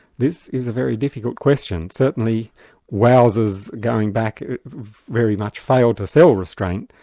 this is a very difficult question. certainly wowsers, going back very much failed to sell restraint,